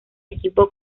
equipo